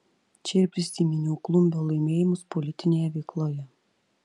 čia ir prisiminiau klumbio laimėjimus politinėje veikloje